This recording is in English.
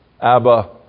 Abba